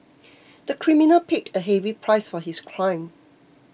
the criminal paid a heavy price for his crime